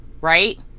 right